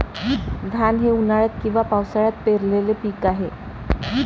धान हे उन्हाळ्यात किंवा पावसाळ्यात पेरलेले पीक आहे